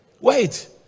Wait